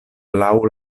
laŭ